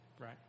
Right